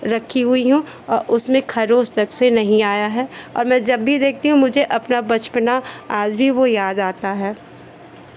रखी हुई हूँ उसमें खरोंच तक से नहीं आया है और मैं जब भी देखती हूँ मुझे अपना बचपना आज भी वो याद आता है